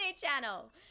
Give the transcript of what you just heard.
Channel